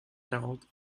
quarante